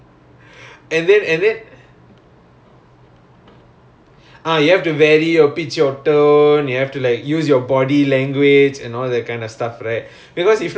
err oh so ya you vary you vary your pitch and tone like for different expressions is it different emotions